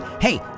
Hey